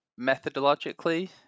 methodologically